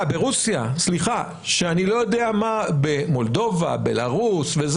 ברוסיה, במולדובה, בלארוס.